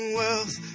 wealth